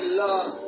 love